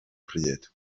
pryd